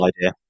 idea